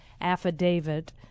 affidavit